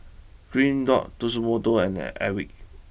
Green dot Tatsumoto and Airwick